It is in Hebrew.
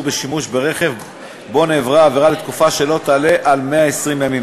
שימוש ברכב שבו נעברה העבירה לתקופה שלא תעלה על 120 ימים,